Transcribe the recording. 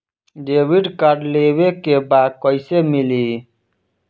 Debit card लेवे के बा कईसे मिली?